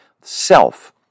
self